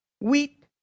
wheat